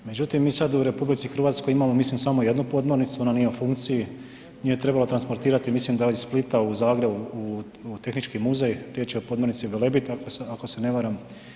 Međutim, mi sad u RH imamo mislim samo jednu podmornicu, ona nije u funkciji, nju je trebalo transportirati mislim da iz Splita u Zagreb u Tehnički muzej, riječ je o podmornici Velebit ako se ne varam.